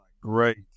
great